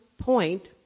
point